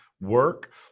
work